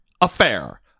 Affair